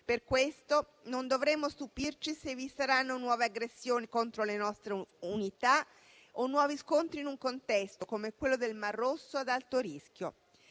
Per questo non dovremmo stupirci se vi saranno nuove aggressioni contro le nostre unità, o nuovi scontri in un contesto come quello del Mar Rosso ad alto rischio.